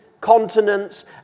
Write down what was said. continents